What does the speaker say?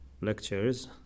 lectures